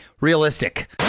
realistic